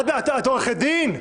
את עורכת דין?